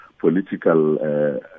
political